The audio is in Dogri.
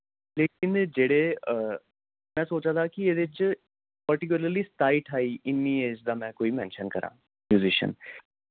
लेकिन जेह्ड़े में सोचा दा हा कि एह्दे च पार्टीकिल्रली सताई ठाई इन्नी एज दा में कोई मैनशन करां म्यूजिशयन